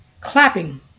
Clapping